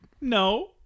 No